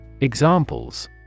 Examples